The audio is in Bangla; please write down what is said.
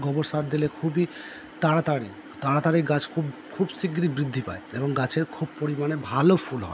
গোবর সার দিলে খুবই তাড়াতাড়ি তাড়াতাড়ি গাছ খুব খুব শিগগিরি বৃদ্ধি পায় এবং গাছের খুব পরিমাণে ভালো ফুল হয়